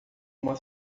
uma